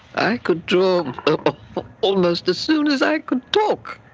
i could draw almost as soon as i could talk.